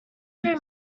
three